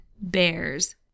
bears